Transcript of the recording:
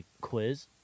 quiz